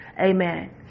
Amen